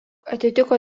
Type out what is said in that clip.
atitiko